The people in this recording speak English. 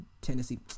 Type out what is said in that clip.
Tennessee